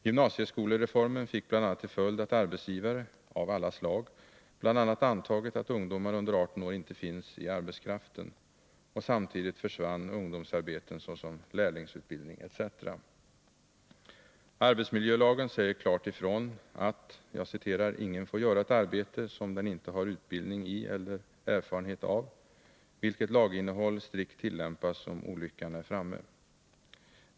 Gymnasieskolereformen fick bl.a. till följd att arbetsgivare — av alla slag — bl.a. antagit att ungdomar under 18 år inte finns i arbetskraften. Samtidigt försvann ungdomsarbeten såsom lärlingsutbildning etc. Arbetsmiljölagen säger klart ifrån att ingen får göra ett arbete som den inte har utbildning i och erfarenhet av, vilket laginnehåll strikt tillämpas om olyckan är framme.